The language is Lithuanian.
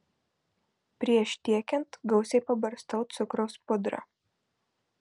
prieš tiekiant gausiai pabarstau cukraus pudra